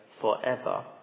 forever